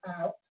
out